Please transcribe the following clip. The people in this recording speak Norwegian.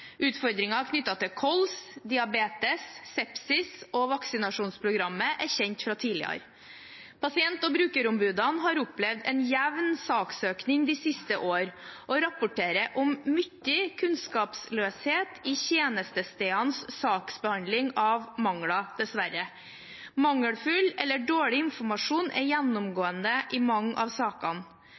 Utfordringer knyttet til kols, diabetes, sepsis og vaksinasjonsprogrammet er kjent fra tidligere. Pasient- og brukerombudene har opplevd en jevn saksøkning de siste årene og rapporterer om mye kunnskapsløshet i tjenestestedenes saksbehandling av klager – dessverre. Mangelfull eller dårlig informasjon er gjennomgående i mange av sakene.